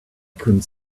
couldn’t